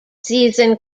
season